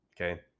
Okay